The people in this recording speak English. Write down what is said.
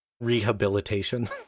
rehabilitation